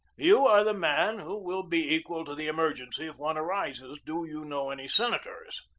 you are the man who will be equal to the emer gency if one arises. do you know any senators?